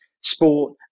sport